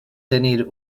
tenir